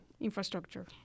infrastructure